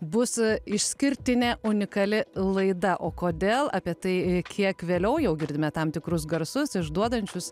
bus išskirtinė unikali laida o kodėl apie tai kiek vėliau jau girdime tam tikrus garsus išduodančius